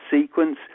sequence